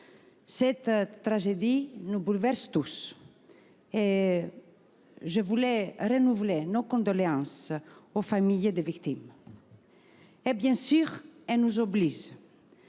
Cette tragédie nous bouleverse tous, et je voudrais renouveler nos condoléances aux familles des victimes. Bien entendu, elle nous oblige,